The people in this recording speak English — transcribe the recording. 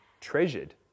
treasured